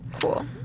Cool